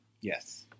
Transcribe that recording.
Yes